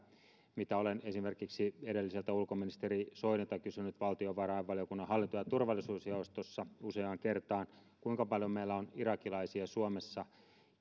mitä olen esimerkiksi edelliseltä ulkoministeriltä soinilta kysynyt valtiovarainvaliokunnan hallinto ja turvallisuusjaostossa useaan kertaan kuinka paljon meillä on suomessa irakilaisia